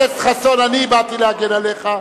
באתי להגן עליך.